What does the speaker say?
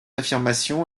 affirmation